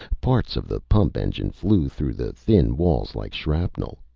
parts of the pump engine flew through the thin walls like shrapnel.